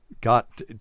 got